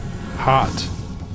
hot